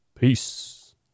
Peace